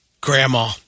Grandma